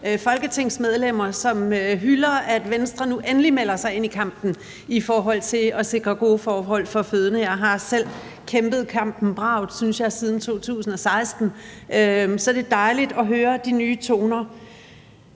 folketingsmedlemmer, som hylder, at Venstre nu endelig melder sig ind i kampen om at sikre gode forhold for fødende. Jeg har selv kæmpet kampen bravt, synes jeg, siden 2016, så det er dejligt at høre de nye toner.